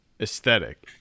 aesthetic